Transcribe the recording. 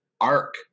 arc